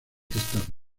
estas